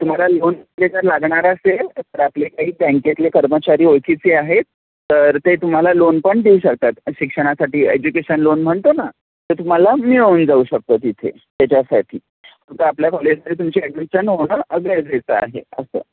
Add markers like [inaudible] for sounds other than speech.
तुम्हाला लोन जर लागणार असेल तर आपले काही बँकेतले कर्मचारी ओळखीचे आहेत तर ते तुम्हाला लोन पण देऊ शकतात शिक्षणासाठी एज्युकेशन लोन म्हणतो ना तर तुम्हाला मिळून जाऊ शकतो इथे त्याच्यासाठी तर आपल्या कॉलेजमध्ये तुमची ॲडमिशन होणं [unintelligible] आहे असं